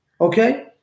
okay